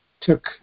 took